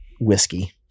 whiskey